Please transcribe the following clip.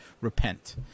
repent